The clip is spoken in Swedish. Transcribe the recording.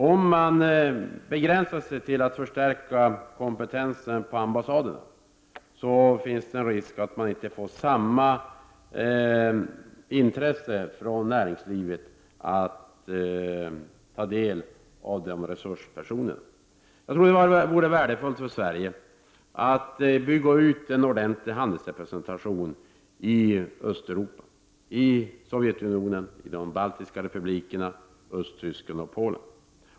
Om man begränsar sig till att förstärka kompetensen på ambassaderna, finns det en risk att man inte får samma intresse från näringslivet att ta del av de resurspersonerna. Jag tror att det vore värdefullt för Sverige att bygga ut en ordentlig handelsrepresentation i Östeuropa — i Sovjetunionen, de baltiska republikerna, Östtyskland och Polen.